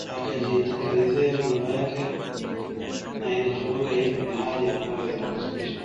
akajitengenezea nyumba yake na inachomeka hivyo. Ni hali ambayo inahuzunisha.